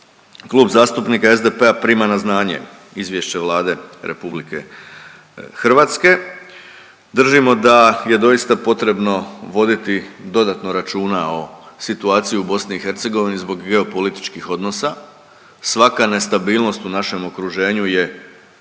Klub zastupnika SDP-a prima na znanje Izvješće Vlade Republike Hrvatske. Držimo da je doista potrebno voditi dodatno računa o situaciji u BiH zbog geopolitičkih odnosa. Svaka nestabilnost u našem okruženju je,